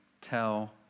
tell